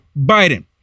Biden